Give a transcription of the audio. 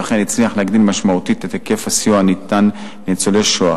ואכן הצליח להגדיל משמעותית את היקף הסיוע הניתן לניצולי שואה.